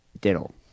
diddle